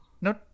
No